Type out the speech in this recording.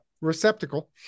receptacle